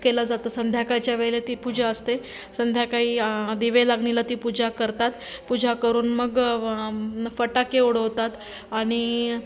केलं जातं संध्याकाळच्या वेळेला ती पूजा असते संध्याकाळी दिवे लागणीला ती पूजा करतात पूजा करून मग फटाके उडवतात आणि